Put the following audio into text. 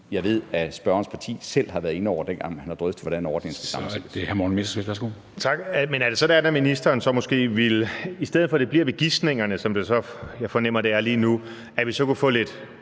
jeg ved at spørgerens parti selv har været inde over, dengang man drøftede, hvordan ordningen skal sammensættes.